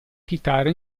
chitarra